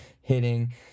hitting